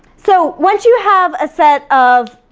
so once you have a set of,